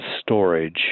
storage